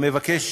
מבקש